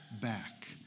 back